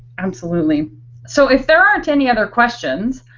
absolutely so if there aren't any other questions,